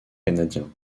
canadiens